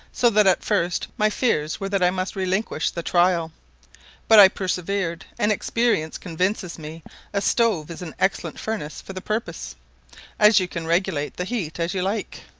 so that at first my fears were that i must relinquish the trial but i persevered, and experience convinces me a stove is an excellent furnace for the purpose as you can regulate the heat as you like.